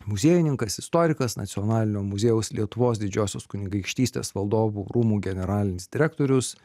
muziejininkas istorikas nacionalinio muziejaus lietuvos didžiosios kunigaikštystės valdovų rūmų generalinis direktorius